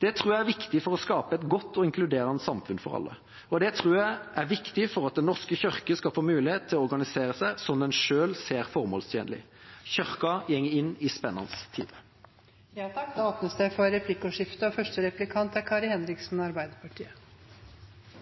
Det tror jeg er viktig for å skape et godt og inkluderende samfunn for alle, og det tror jeg er viktig for at Den norske kirke skal få mulighet til å organisere seg slik den selv ser formålstjenlig. Kirken går inn i spennende tider. Det blir replikkordskifte. Neppe noe er mer inngripende i et menneskes liv enn det